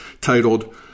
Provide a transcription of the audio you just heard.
titled